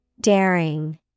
Daring